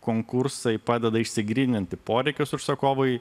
konkursai padeda išsigryninti poreikius užsakovui